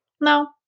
no